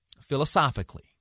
philosophically